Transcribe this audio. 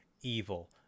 evil